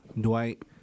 Dwight